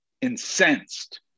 incensed